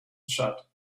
shut